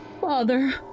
Father